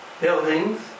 buildings